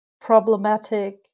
problematic